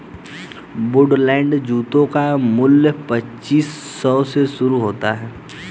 Woodland जूतों का मूल्य पच्चीस सौ से शुरू होता है